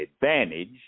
advantage